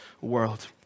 world